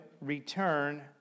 return